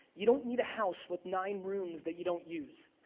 you don't need a house with nine rooms that you don't use.